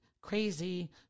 Crazy